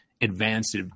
advanced